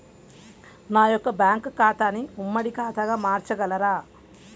నా యొక్క బ్యాంకు ఖాతాని ఉమ్మడి ఖాతాగా మార్చగలరా?